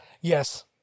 Yes